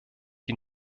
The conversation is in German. die